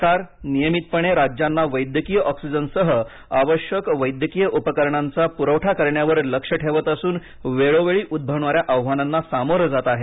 सरकार नियमितपणे राज्यांना वैद्यकीय ऑक्सिजनसह आवश्यक वैद्यकीय उपकरणांचा पुरवठा करण्यावर लक्ष ठेवत असून वेळोवेळी उद्भवणाऱ्या आव्हानांना सामोरं जात आहे